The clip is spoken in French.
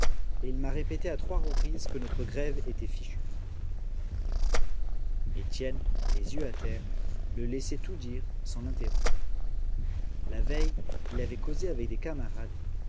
il m'a répété à trois reprises que notre grève était fichue étienne les yeux à terre le laissait tout dire sans l'interrompre la veille il avait causé avec des camarades